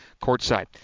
courtside